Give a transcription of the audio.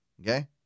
Okay